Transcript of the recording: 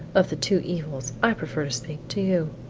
of the two evils, i prefer to speak to you.